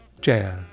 Jazz